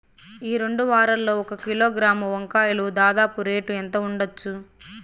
ఈ రెండు వారాల్లో ఒక కిలోగ్రాము వంకాయలు దాదాపు రేటు ఎంత ఉండచ్చు?